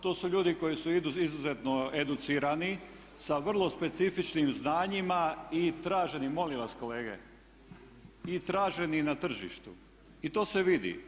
To su ljudi koji su izuzetno educirani sa vrlo specifičnim znanjima i traženim, molim vas kolege, i traženi na tržištu i to se vidi.